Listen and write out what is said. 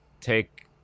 take